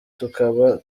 tukaba